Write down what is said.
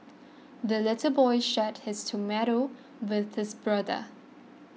the little boy shared his tomato with his brother